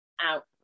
out